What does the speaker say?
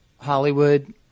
Hollywood